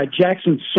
Jackson